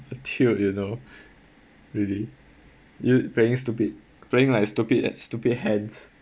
tilt you know really you playing stupid playing like stupid as stupid hands